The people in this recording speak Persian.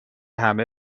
همه